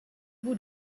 bout